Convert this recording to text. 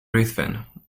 ruthven